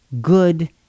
good